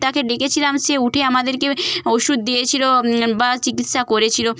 তাকে ডেকেছিলাম সে উঠে আমাদেরকে ওষুধ দিয়েছিল বা চিকিৎসা করেছিল